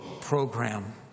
program